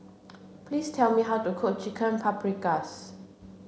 please tell me how to cook Chicken Paprikas